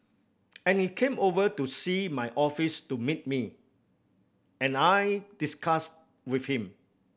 and he came over to see my office to meet me and I discussed with him